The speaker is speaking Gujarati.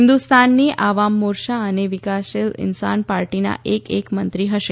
હિન્દુસ્તાની આવામ મોર્ચા અને વિકાસશીલ ઈન્સાન પાર્ટીના એક એક મંત્રી હશે